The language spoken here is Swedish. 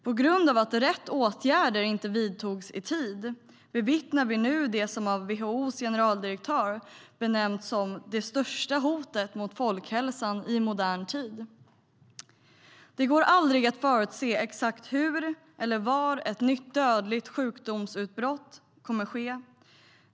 På grund av att rätt åtgärder inte vidtogs i tid bevittnar vi nu det som av WHO:s generaldirektör benämnts "det största hotet mot folkhälsan i modern tid". Det går aldrig att förutse exakt hur eller var ett nytt dödligt sjukdomsutbrott kommer att ske.